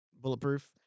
Bulletproof